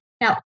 Now